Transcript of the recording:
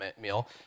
meal